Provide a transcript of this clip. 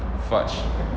fudge